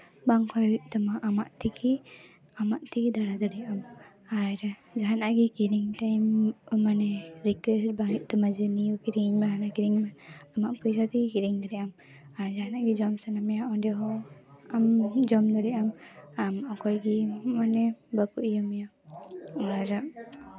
ᱵᱟᱝ ᱠᱷᱚᱭ ᱦᱩᱭᱩᱜ ᱛᱟᱢᱟ ᱟᱢᱟᱜ ᱛᱮᱜᱮ ᱟᱢᱟᱜ ᱛᱮᱜᱮ ᱫᱟᱬᱟ ᱫᱟᱲᱮᱭᱟᱜ ᱟᱢ ᱟᱨ ᱡᱟᱦᱟᱱᱟᱜ ᱜᱮ ᱠᱤᱨᱤᱧ ᱴᱟᱭᱤᱢ ᱢᱟᱱᱮ ᱨᱤᱠᱟ ᱵᱟᱝ ᱦᱩᱭᱩᱜ ᱛᱟᱢᱟ ᱡᱮ ᱱᱤᱭᱟᱹ ᱠᱤᱨᱤᱧ ᱟᱹᱧ ᱢᱮ ᱦᱟᱱᱟ ᱠᱤᱨᱤᱧ ᱟᱹᱧ ᱢᱮ ᱟᱢᱟᱜ ᱯᱚᱭᱥᱟ ᱛᱮᱜᱮ ᱠᱤᱨᱤᱧ ᱫᱟᱲᱮᱜᱼᱟᱢ ᱟᱨ ᱡᱟᱦᱟᱱᱟᱜ ᱜᱮ ᱡᱚᱢ ᱥᱟᱱᱟ ᱢᱮᱭᱟ ᱚᱸᱰᱮ ᱦᱚᱸ ᱟᱢ ᱡᱚᱢ ᱫᱟᱲᱮᱭᱟᱜ ᱟᱢ ᱟᱢ ᱚᱠᱚᱭ ᱜᱮ ᱢᱟᱱᱮ ᱵᱟᱠᱚ ᱤᱭᱟᱹ ᱢᱮᱭᱟ ᱟᱨ